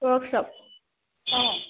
workshop অঁ